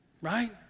right